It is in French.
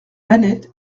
annette